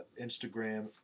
Instagram